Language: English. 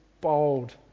bold